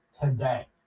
today